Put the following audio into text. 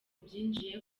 byinjiye